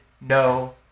no